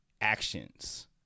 actions